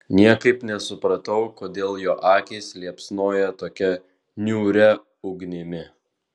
niekaip nesupratau kodėl jo akys liepsnoja tokia niūria ugnimi